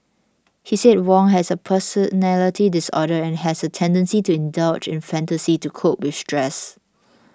he said Wong has a personality disorder and has a tendency to indulge in fantasy to cope with stress